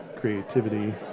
creativity